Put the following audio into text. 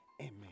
Amen